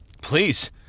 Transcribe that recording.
Please